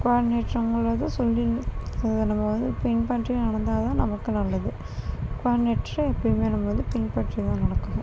coordinator அவங்க ஏதோ சொல்லி அதை நம்ம வந்து பின்பற்றி நடந்தால்தான் நமக்கு நல்லது கோஆடினேட்டரை எப்போயுமே நம்ம பின்பற்றிதான் நடக்கணும்